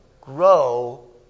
grow